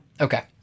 Okay